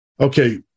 Okay